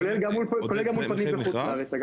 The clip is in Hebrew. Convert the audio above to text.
כולל גם אולפנים בחוץ לארץ.